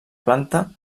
planta